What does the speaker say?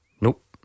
Nope